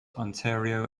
ontario